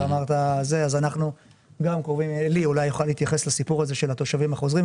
אז גם עלי אולי יוכל להתייחס לסיפור של התושבים החוזרים,